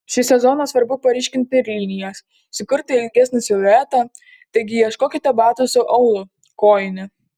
šį sezoną svarbu paryškinti linijas sukurti ilgesnį siluetą taigi ieškokite batų su aulu kojine